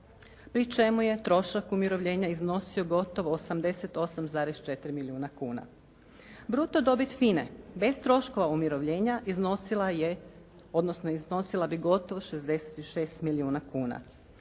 pri čemu je trošak umirovljenja iznosio gotovo 88,4 milijuna kuna. Bruto dobit FINA-e bez troškova umirovljenja iznosila je odnosno iznosila